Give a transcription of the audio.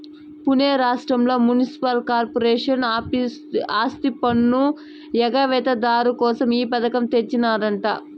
పునే రాష్ట్రంల municipal corporation ఆస్తిపన్ను ఎగవేత దారు కోసం ఈ పథకం తెచ్చినాదట